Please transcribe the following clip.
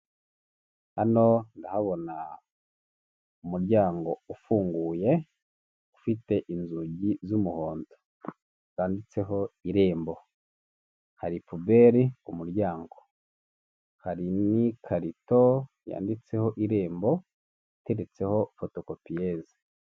Hano ndahabona umuryango ufunguye ufite inzugi z'umuhondo zanditseho irembo, hari pubeli ku muryango, hari n'ikarito yanditseho irembo iteretseho fotokopiyeze.